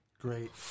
great